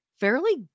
fairly